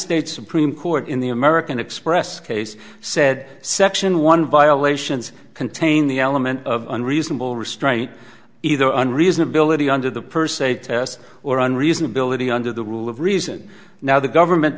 states supreme court in the american express case said section one violations contain the element of unreasonable restraint either an reasonability under the per se test or an reasonability under the rule of reason now the government